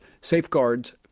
safeguards